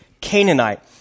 Canaanite